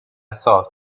thought